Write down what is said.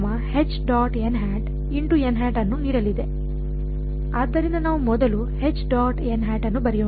ಆದ್ದರಿಂದ ನಾವು ಮೊದಲು ಅನ್ನು ಬರೆಯೋಣ